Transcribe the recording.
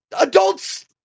adults